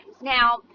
Now